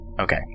Okay